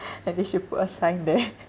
and they should put a sign there